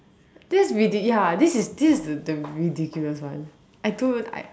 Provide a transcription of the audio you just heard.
that's ridi~ ya this is this is the the ridiculous one I don't